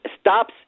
stops